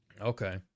Okay